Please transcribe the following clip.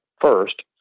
first